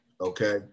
Okay